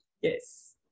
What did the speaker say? Yes